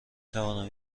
توانم